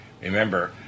remember